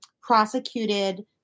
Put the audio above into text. prosecuted